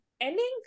ending